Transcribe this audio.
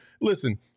listen